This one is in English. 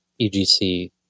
EGC